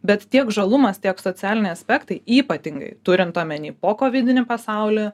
bet tiek žalumas tiek socialiniai aspektai ypatingai turint omeny pokovidinį pasaulį